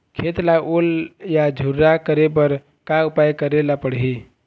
खेत ला ओल या झुरा करे बर का उपाय करेला पड़ही?